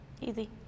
Easy